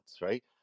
right